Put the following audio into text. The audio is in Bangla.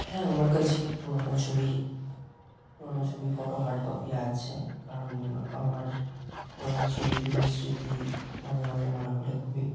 হ্যাঁ আমার কাছে পুরনো ছবি পুরনো ছবি ফটো হার্ডকপি আছে কারণ আমার পুরনো ছবিগুলো স্মৃতি মাঝে মাঝে মনে পড়ে খুবই